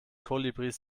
kolibris